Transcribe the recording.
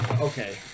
Okay